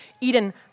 Eden